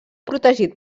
protegit